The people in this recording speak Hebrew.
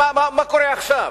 מה קורה עכשיו?